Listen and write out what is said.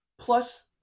plus